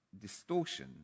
distortion